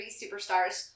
superstars